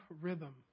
rhythm